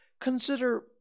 Consider